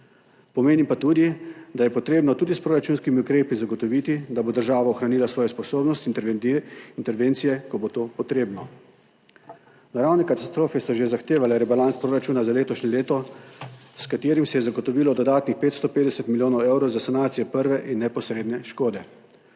Pomeni pa tudi, da je potrebno tudi s proračunskimi ukrepi zagotoviti, da bo država ohranila svojo sposobnost intervencije, ko bo to potrebno. Naravne katastrofe so že zahtevale rebalans proračuna za letošnje leto, s katerim se je zagotovilo dodatnih 550 milijonov evrov za sanacijo prve in neposredne škode.